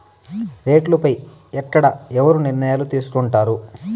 రేట్లు పై ఎక్కడ ఎవరు నిర్ణయాలు తీసుకొంటారు?